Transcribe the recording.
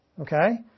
Okay